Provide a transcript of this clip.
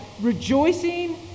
rejoicing